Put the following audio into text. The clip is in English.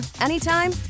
anytime